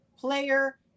player